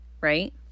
right